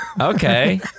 Okay